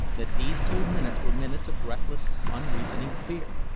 that these few minutes were minutes of breathless, unreasoning fear.